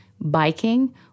biking